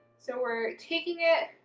so we're taking it,